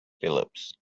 phillips